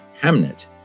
hamnet